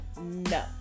No